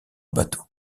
bateau